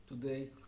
today